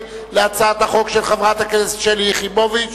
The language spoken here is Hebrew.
להצעת החוק של חברת הכנסת שלי יחימוביץ,